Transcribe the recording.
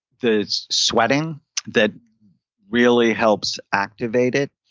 the sweating that really helps activate it,